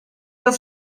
das